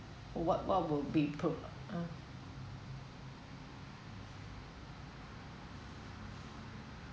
what what will be pro~ uh